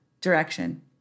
direction